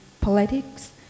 politics